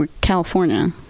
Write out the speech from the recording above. California